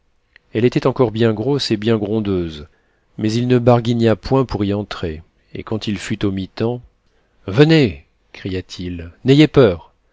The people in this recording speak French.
elle était encore bien grosse et bien grondeuse mais il ne barguigna point pour y entrer et quand il fut au mitant venez cria-t-il n'ayez peur